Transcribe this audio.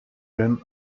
rim